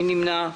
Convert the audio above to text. מי נמנע?